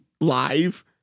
live